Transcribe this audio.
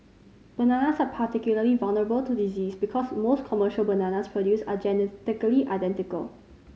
bananas are particularly vulnerable to disease because most commercial bananas produced are genetically identical